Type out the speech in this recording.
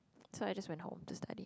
so I just went home to study